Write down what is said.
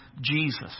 Jesus